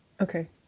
okay